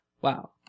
wow